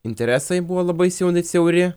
interesai buvo labai siauni siauri